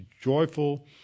joyful